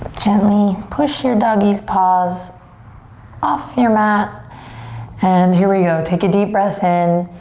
gently push your doggy's paws off your mat and here we go, take a deep breath in